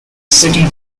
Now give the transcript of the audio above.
city